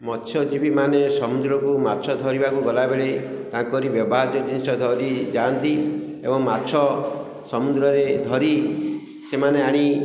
ମତ୍ସ୍ୟଜୀବୀମାନେ ସମୁଦ୍ରକୁ ମାଛ ଧରିବାକୁ ଗଲାବେଳେ ତାଙ୍କରି ବ୍ୟବହାର୍ଯ୍ୟ ଜିନିଷ ଧରିଯାଆନ୍ତି ଏବଂ ମାଛ ସମୁଦ୍ରରେ ଧରି ସେମାନେ ଆଣି